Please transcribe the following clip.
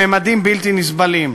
בממדים בלתי נסבלים.